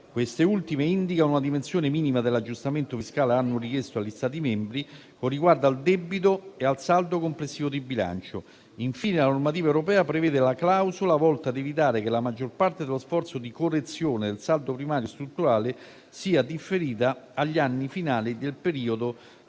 Queste ultime indicano una dimensione minima dell'aggiustamento fiscale annuo richiesto agli Stati membri, con riguardo al debito e al saldo complessivo di bilancio. Infine, la normativa europea prevede la clausola volta a evitare che la maggior parte dello sforzo di correzione del saldo primario strutturale sia differita agli anni finali del periodo